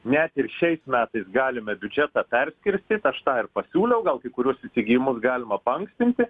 net ir šiais metais galime biudžetą perskirstyt aš tą ir pasiūliau gal kai kurius įsigyjimus galima paankstinti